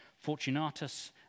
Fortunatus